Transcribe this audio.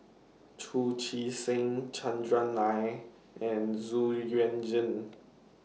Chu Chee Seng Chandran Nair and Zu Yuan Zhen